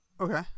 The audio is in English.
Okay